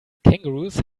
kangaroos